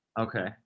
Okay